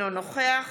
אינו נוכח